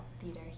theater